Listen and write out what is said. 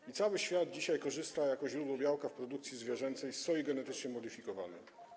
I cały świat dzisiaj korzysta jako ze źródła białka w produkcji zwierzęcej z soi genetycznie modyfikowanej.